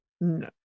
No